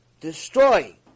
destroy